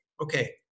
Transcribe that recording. okay